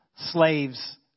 slaves